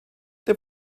der